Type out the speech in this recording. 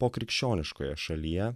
pokrikščioniškoje šalyje